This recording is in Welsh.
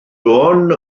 dôn